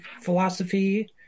philosophy